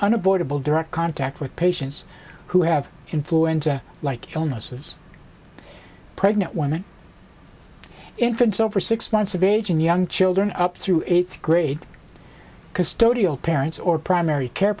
unavoidable direct contact with patients who have influenza like illness is pregnant women infants over six months of age and young children up through eighth grade custodial parents or primary care